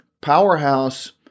powerhouse